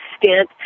extent